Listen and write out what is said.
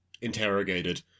interrogated